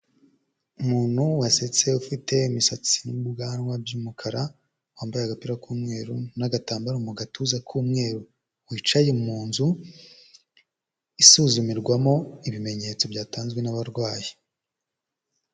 Umuntu wasetse ufite imisatsi n'ubwanwa by'umukara, wambaye agapira k'umweru n'agatambaro mu gatuza k'umweru, wicaye mu nzu isuzumirwamo ibimenyetso byatanzwe n'abarwayi.